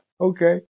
Okay